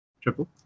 Triple